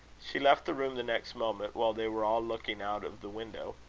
she left the room the next moment, while they were all looking out of the window.